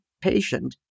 patient